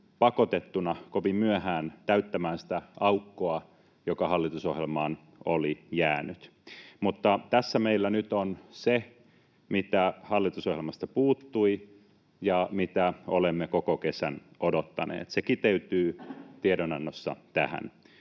pakotettuna, kovin myöhään täyttämään sitä aukkoa, joka hallitusohjelmaan oli jäänyt. Mutta tässä meillä nyt on se, mitä hallitusohjelmasta puuttui ja mitä olemme koko kesän odottaneet. Se kiteytyy tiedonannossa tähän: